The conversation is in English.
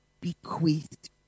bequeathed